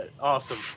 Awesome